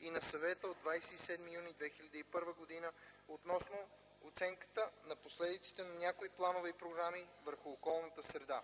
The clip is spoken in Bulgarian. и на Съвета от 27 юни 2001 година относно оценката на последиците на някои планове и програми върху околната среда.